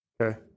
Okay